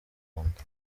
rwanda